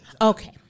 Okay